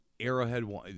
Arrowhead